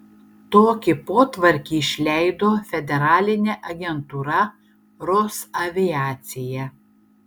tokį potvarkį išleido federalinė agentūra rosaviacija